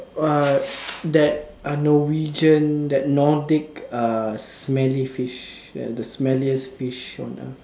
uh that uh Norwegian that Nordic uh smelly fish ya the smelliest fish on earth